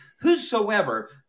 Whosoever